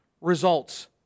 results